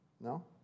No